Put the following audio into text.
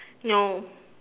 no